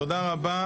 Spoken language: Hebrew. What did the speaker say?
תודה רבה.